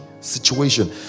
situation